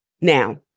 Now